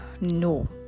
no